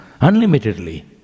Unlimitedly